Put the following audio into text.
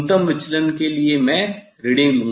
अब न्यूनतम विचलन के लिए मैं रीडिंग लूंगा